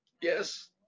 Yes